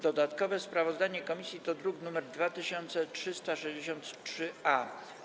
Dodatkowe sprawozdanie komisji to druk nr 2363-A.